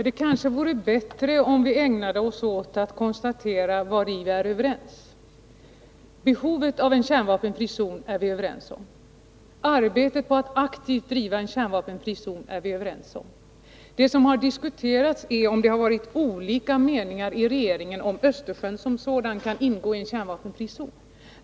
Herr talman! Det vore kanske bättre om vi ägnade oss åt att konstatera vad vi är överens om. Behovet av en kärnvapenfri zon är vi överens om. Arbetet på att aktivt driva frågan om en kärnvapenfri zon är vi överens om. Det som har diskuterats är om det har rått olika meningar i regeringen om huruvida Östersjön kan ingå i en kärnvapenfri zon.